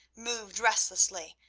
moved restlessly,